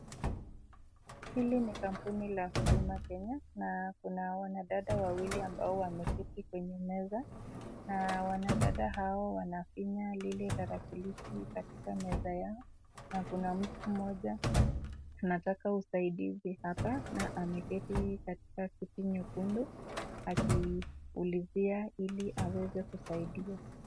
Hili ni kampuni la Huduma Kenya na kuna wanadada wawili ambao wameketi kwenye meza na wanadada hao wanafinya lile tarakilishi katika meza yao na kuna mtu mmoja anataka usaidizi hapa na ameketi katika kiti nyekundu akiulizia ili aweze kusaidia.